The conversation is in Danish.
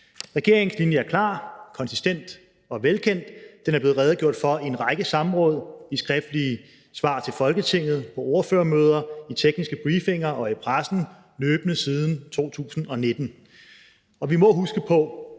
Regeringens linje er klar, konsistent og velkendt. Den er blevet redegjort for i en række samråd, i skriftlige svar til Folketinget, på ordførermøder, i tekniske briefinger og i pressen løbende siden 2019. Vi må huske på,